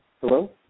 hello